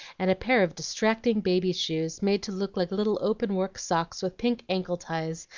and a pair of distracting baby's shoes, made to look like little open-work socks with pink ankle-ties,